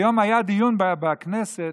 היום היה דיון בכנסת,